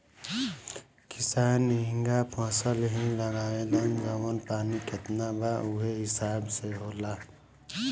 किसान एहींग फसल ही लगावेलन जवन पानी कितना बा उहे हिसाब से होला